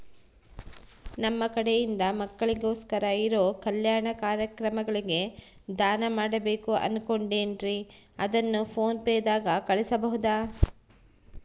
ನಮ್ಮ ಕಡೆಯಿಂದ ಮಕ್ಕಳಿಗೋಸ್ಕರ ಇರೋ ಕಲ್ಯಾಣ ಕಾರ್ಯಕ್ರಮಗಳಿಗೆ ದಾನ ಮಾಡಬೇಕು ಅನುಕೊಂಡಿನ್ರೇ ಅದನ್ನು ಪೋನ್ ಪೇ ದಾಗ ಕಳುಹಿಸಬಹುದಾ?